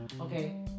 Okay